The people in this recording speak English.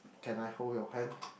can I hold your hand